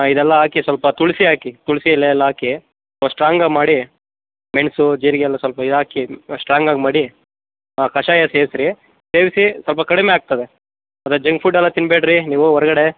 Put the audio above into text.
ಇದೆಲ್ಲ ಹಾಕಿ ಸ್ವಲ್ಪ ತುಳಸಿ ಹಾಕಿ ತುಳಸಿ ಎಲೆ ಎಲ್ಲ ಹಾಕಿ ಓ ಸ್ಟ್ರಾಂಗಾಗಿ ಮಾಡಿ ಮೆಣಸು ಜೀರಿಗೆ ಎಲ್ಲ ಸ್ವಲ್ಪ ಇದಾಕಿ ಸ್ಟ್ರಾಂಗಾಗಿ ಮಾಡಿ ಕಷಾಯ ಸೆರ್ಸಿ ರೀ ಸೇರ್ಸಿ ಸ್ವಲ್ಪ ಕಡಿಮೆ ಆಗ್ತದೆ ಅದು ಜಂಗ್ ಫುಡ್ ಎಲ್ಲ ತಿನ್ನಬೇಡ್ರಿ ನೀವು ಹೊರ್ಗಡೆ